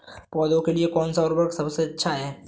पौधों के लिए कौन सा उर्वरक सबसे अच्छा है?